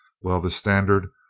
well, the standard,